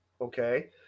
okay